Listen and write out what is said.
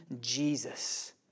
Jesus